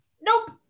nope